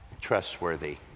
trustworthy